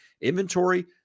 inventory